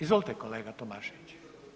Izvolite kolega Tomašević.